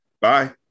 Bye